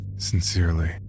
Sincerely